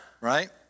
right